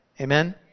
Amen